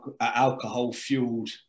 alcohol-fueled